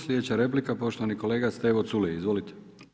Sljedeća replika je poštovani kolega Stevo Culej, izvolite.